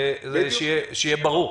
שיהיה ברור.